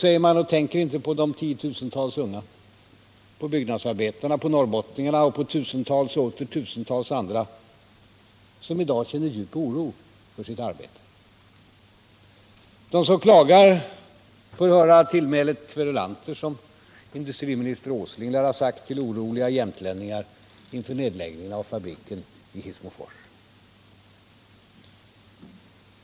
Då tänker man inte på de tiotusentals unga, på byggnadsarbetarna, på norrbottningarna och på de tusentals andra som i dag känner djup oro för sitt arbete. De som klagar får höra tillmälet kverulanter, som industriminister Åsling lär ha riktat till oroliga jämtlänningar inför nedläggning av fabriken i Hissmofors.